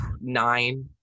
nine